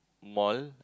mall